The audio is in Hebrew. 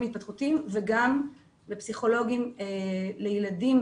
התפתחותיים וגם בפסיכולוגים לילדים,